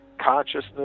Consciousness